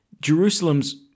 Jerusalem's